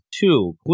two